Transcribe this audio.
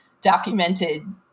documented